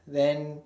then